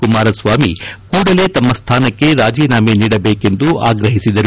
ಕುಮಾರಸ್ವಾಮಿ ಕೂಡಲೇ ತಮ್ಮ ಸ್ಥಾನಕ್ಕೆ ರಾಜೀನಾಮೆ ನೀಡಬೇಕೆಂದು ಆಗ್ರಹಿಸಿದರು